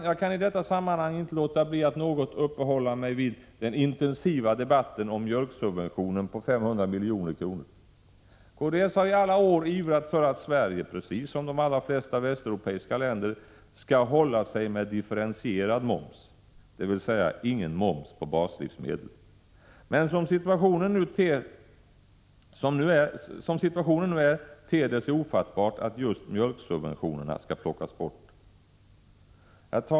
Jag kan i detta sammanhang inte låta bli att något uppehålla mig vid den intensiva debatten om mjölksubventionen på 500 milj.kr. Kds har i alla år ivrat för att Sverige, precis som de allra flesta västeuropeiska länder, skall hålla sig med differentierad moms, dvs. ingen moms på baslivsmedel. Men som situationen nu är ter det sig ofattbart att just mjölksubventionerna skall plockas bort.